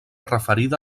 referida